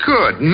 Good